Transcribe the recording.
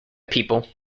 people